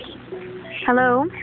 Hello